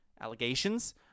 allegations